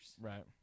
Right